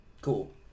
Cool